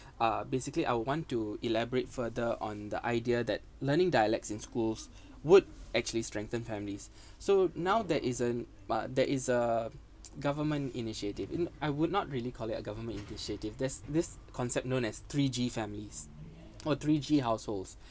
uh basically I want to elaborate further on the idea that learning dialects in schools would actually strengthen families so now that isn't but there is a government initiative in I would not really call it a government initiative there's this concept known as three G families or three G households